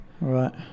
right